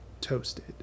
Toasted